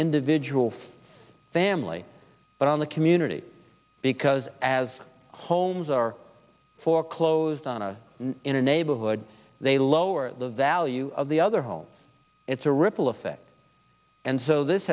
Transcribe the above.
individual family but on the community because as homes are foreclosed on a in a neighborhood they lower the value of the other home it's a ripple effect and so this